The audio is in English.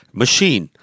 machine